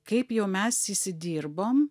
kaip jau mes įsidirbom